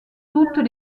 toutes